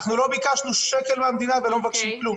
אנחנו לא ביקשנו שקל מהמדינה, ולא מבקשים כלום,